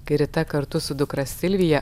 kai rita kartu su dukra silvija